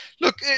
look